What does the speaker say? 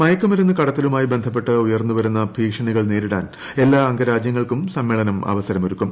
മയക്കുമരുന്ന് കടത്തലുമായി ബന്ധപ്പെട്ട് ഉയർന്ന് വരുന്ന ഭീഷണികൾ നേരിടാൻ എല്ലാ അംഗരാജ്യങ്ങൾക്കും സമ്മേളനം അവസരം ഒരുക്കും